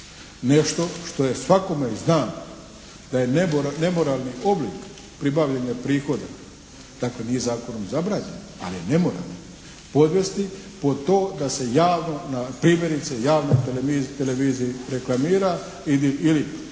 nešto što je svakome znano da je nemoralni oblik pribavljanja prihoda. Dakle nije zakonom zabranjen ali je nemoralan, podvesti pod to da se javno na primjerice javnoj televiziji reklamira ili